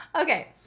Okay